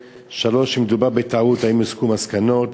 3. אם מדובר בטעות, האם יוסקו מסקנות?